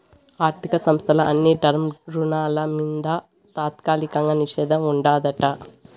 ఆర్థిక సంస్థల అన్ని టర్మ్ రుణాల మింద తాత్కాలిక నిషేధం ఉండాదట